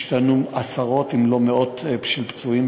יש לנו עשרות אם לא מאות של פצועים,